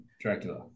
Dracula